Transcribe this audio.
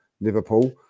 Liverpool